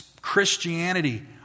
Christianity